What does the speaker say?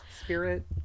spirit